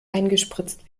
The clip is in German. eingespritzt